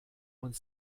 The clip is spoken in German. und